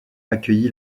accueilli